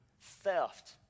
theft